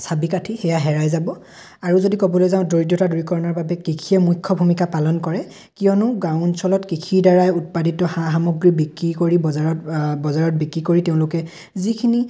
চাবি কাঠি সেয়া হেৰাই যাব আৰু যদি ক'বলৈ যাওঁ দৰিদ্ৰতা দূৰীকৰণৰ বাবে কৃষিয়ে মুখ্য ভূমিকা পালন কৰে কিয়নো গাঁও অঞ্চলত কৃষিৰ দ্বাৰাই উৎপাদিত সা সামগ্ৰী বিক্ৰী কৰি বজাৰত বজাৰত বিক্ৰী কৰি তেওঁলোকে যিখিনি